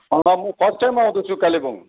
म first time आउँदैछु कालेबुङ